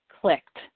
clicked